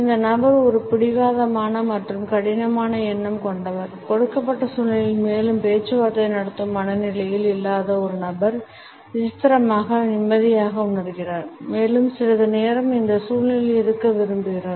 இந்த நபர் ஒரு பிடிவாதமான மற்றும் கடினமான எண்ணம் கொண்டவர் கொடுக்கப்பட்ட சூழ்நிலையில் மேலும் பேச்சுவார்த்தை நடத்தும் மனநிலையில் இல்லாத ஒரு நபர் விசித்திரமாக நிம்மதியாக உணர்கிறார் மேலும் சிறிது நேரம் இந்த சூழ்நிலையில் இருக்க விரும்புகிறார்